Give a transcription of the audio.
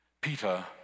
Peter